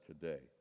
today